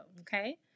okay